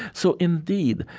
so, indeed,